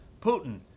Putin